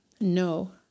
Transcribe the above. No